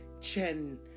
Chen